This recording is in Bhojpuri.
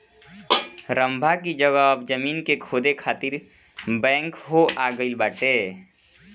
रम्भा की जगह अब जमीन के खोदे खातिर बैकहो आ गईल बाटे